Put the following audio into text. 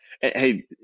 Hey